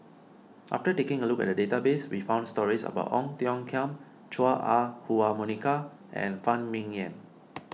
after taking a look at the database we found stories about Ong Tiong Khiam Chua Ah Huwa Monica and Phan Ming Yen